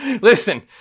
Listen